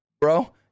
bro